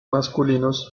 masculinos